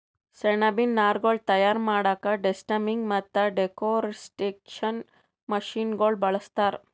ಸೆಣಬಿನ್ ನಾರ್ಗೊಳ್ ತಯಾರ್ ಮಾಡಕ್ಕಾ ಡೆಸ್ಟಮ್ಮಿಂಗ್ ಮತ್ತ್ ಡೆಕೊರ್ಟಿಕೇಷನ್ ಮಷಿನಗೋಳ್ ಬಳಸ್ತಾರ್